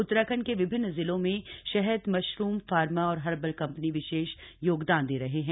उत्तराखंड के विभिन्न जिलों में शहद मशरूम फार्मा और हर्बल कम्पनी विशेष योगदान दे रहे हैं